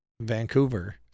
Vancouver